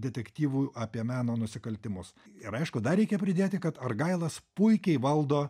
detektyvui apie meno nusikaltimus ir aišku dar reikia pridėti kad argailas puikiai valdo